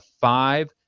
five